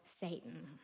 Satan